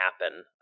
happen